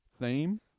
theme